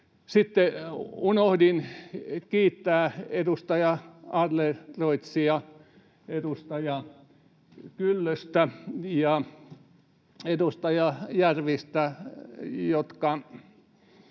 Sitten unohdin kiittää edustaja Adlercreutzia, edustaja Kyllöstä ja edustaja Järvistä,